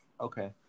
Okay